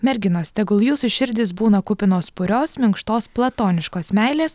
merginos tegul jūsų širdys būna kupinos purios minkštos platoniškos meilės